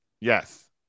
Yes